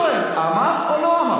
אני שואל: אמר או לא אמר?